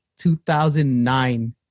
2009